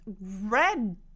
red